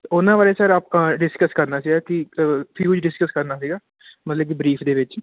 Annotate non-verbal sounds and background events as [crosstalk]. ਉਹਨਾਂ ਬਾਰੇ ਸਰ ਆਪਾਂ ਡਿਸਕਸ ਕਰਨਾ ਸੀਗਾ ਕਿ [unintelligible] ਡਿਸਕਸ ਕਰਨਾ ਸੀਗਾ ਮਤਲਬ ਕਿ ਬ੍ਰੀਫ ਦੇ ਵਿੱਚ